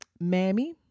Mammy